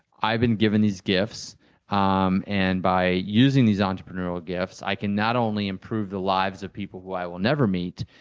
i've been given these gifts um and by using these entrepreneurial gifts, i can not only improve the lives of people who i will never meet,